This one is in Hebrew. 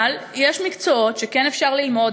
אבל יש מקצועות שכן אפשר ללמוד,